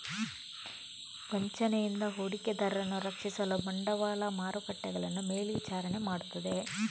ವಂಚನೆಯಿಂದ ಹೂಡಿಕೆದಾರರನ್ನು ರಕ್ಷಿಸಲು ಬಂಡವಾಳ ಮಾರುಕಟ್ಟೆಗಳನ್ನು ಮೇಲ್ವಿಚಾರಣೆ ಮಾಡುತ್ತದೆ